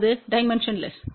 அது டைமென்ஷன்லெஸ்